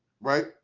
right